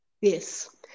Yes